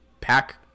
pack